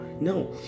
No